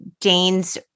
Dane's